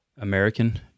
American